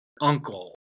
uncle